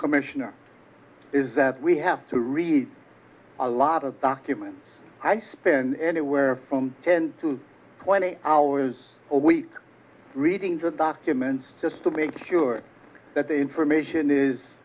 commissioner is that we have to read a lot of documents i spend anywhere from ten to twenty hours a week reading the documents just to make sure that the information is